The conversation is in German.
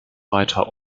weiter